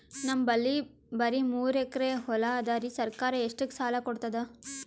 ನಮ್ ಬಲ್ಲಿ ಬರಿ ಮೂರೆಕರಿ ಹೊಲಾ ಅದರಿ, ಸರ್ಕಾರ ಇಷ್ಟಕ್ಕ ಸಾಲಾ ಕೊಡತದಾ?